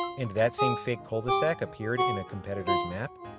and that same fake cul-de-sac appeared in a competitor's map,